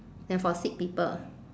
and for sick people